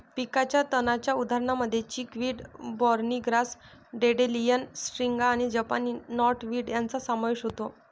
पिकाच्या तणांच्या उदाहरणांमध्ये chickweed, barnyard grass, dandelion, striga आणि जपानी नॉटवीड यांचा समावेश होतो